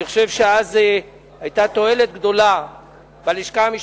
אני חושב שאז היתה תועלת גדולה בלשכה המשפטית,